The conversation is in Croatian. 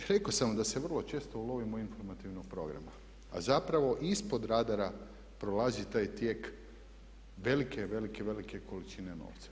Rekao sam vam da se vrlo često ulovimo informativnog programa a zapravo ispod radara prolazi taj tijek velike, velike, velike količine novca.